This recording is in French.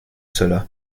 cela